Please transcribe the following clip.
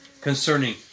concerning